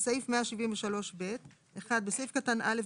בסעיף 173ב יבוא: בסעיף קטן (א),